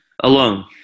alone